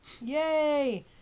yay